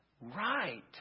right